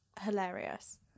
hilarious